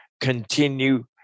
continue